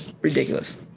ridiculous